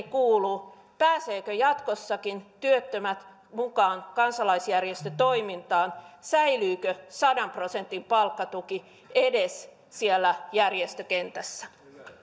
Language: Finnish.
kuuluu pääsevätkö jatkossakin työttömät mukaan kansalaisjärjestötoimintaan säilyykö sadan prosentin palkkatuki edes siellä järjestökentässä